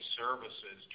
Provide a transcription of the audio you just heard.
services